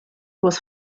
was